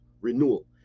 renewal